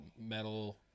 metal